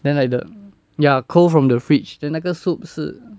then like the ya cold from the fridge then 那个 soup 是